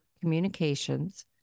communications